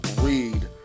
read